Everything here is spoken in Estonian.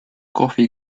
kohvi